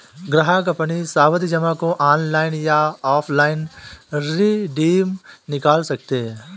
ग्राहक अपनी सावधि जमा को ऑनलाइन या ऑफलाइन रिडीम निकाल सकते है